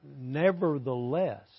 nevertheless